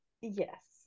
Yes